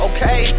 Okay